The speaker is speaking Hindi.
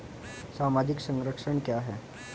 सामाजिक संरक्षण क्या है?